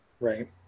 Right